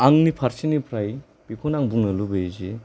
आंनि फारसेनिफ्राय बेखौनो आं बुंनो लुबैयो जे